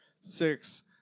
six